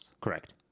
Correct